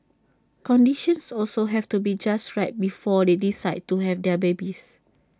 conditions also have to be just right before they decide to have their babies